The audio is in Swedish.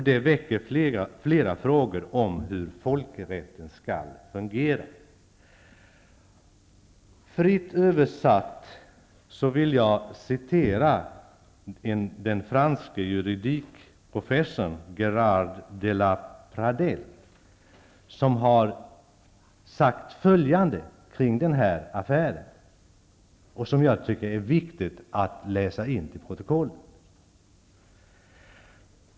Det väcker flera frågor om hur folkrätten skall fungera. Jag vill fritt översatt redovisa vad den franske juridikprofessorn Gérard de la Pradelle har sagt kring denna affär, något som jag tycker är viktigt att läsa in till protokollet.